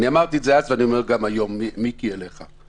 אמרתי את זה אז ואני אומר גם היום, מיקי, אליך.